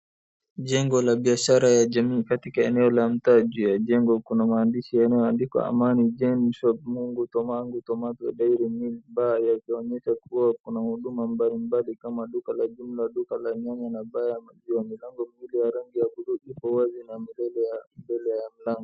Jengo la biashara ya jamii katika eneo ya mtaa. Juu ya jengo kuna maandishi yanayoandikwa Amani Gen shop Mangu Tomati Dairly Milk Bar. Yakionyesha kuwa kuna huduma mbalimbali kama duka la jumla, duka la nyama na na bar ya maziwa. Milango mbili za rangi ya bluu ipo wazi na mbele ya mlango.